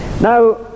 Now